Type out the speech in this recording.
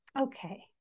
Okay